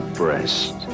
breast